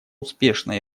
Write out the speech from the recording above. успешно